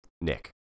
Nick